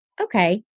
okay